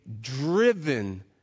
driven